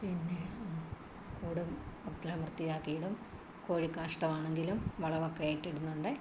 പിന്നെ കൂടും ഒക്കെ വൃത്തിയാക്കിയിടും കോഴി കാഷ്ടമാണെങ്കിലും വളമൊക്കെ ആയിട്ട് ഇടുന്നുണ്ട്